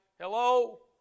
Hello